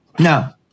Now